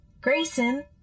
Grayson